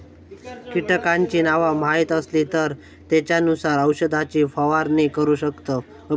कीटकांची नावा माहीत असली तर त्येंच्यानुसार औषधाची फवारणी करू शकतव